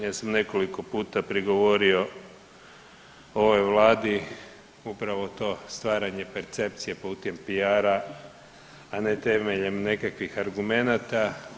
Ja sam nekoliko puta prigovorio ovoj Vladi upravo to stvaranje percepcije putem PR a ne temeljem nekakvih argumenata.